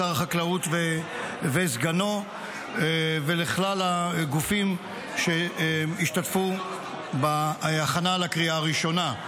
לשר החקלאות ולסגנו ולכלל הגופים שהשתתפו בהכנה לקריאה הראשונה.